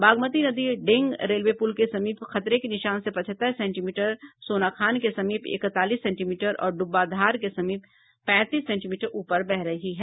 बागमती नदी डेंग रेलवे पुल के समीप खतरे के निशान से पचहतर सेंटीमीटर सोनाखान के समीप इकतालीस सेंटीमीटर और ड्ब्बा धार के समीप पैंतीस सेंटीमीटर ऊपर बह रही है